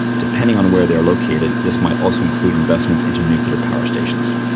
depending on where they are located, this might also include investments into nuclear power stations.